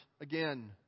again